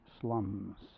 slums